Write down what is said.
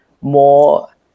more